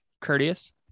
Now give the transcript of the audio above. courteous